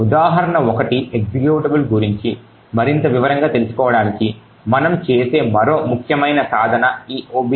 ఉదాహరణ1 executable గురించి మరింత వివరంగా తెలుసుకోవడానికి మనము చూసే మరో ముఖ్యమైన సాధనం ఈ objdump